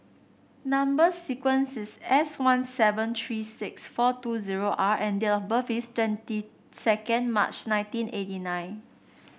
number sequence is S one seven three six four two zero R and date of birth is twenty second March nineteen eighty nine